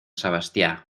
sebastià